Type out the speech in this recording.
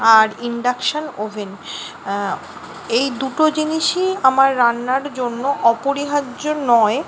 আর induction oven এই দুটো জিনিসই আমার রান্নার জন্য অপরিহার্য নয়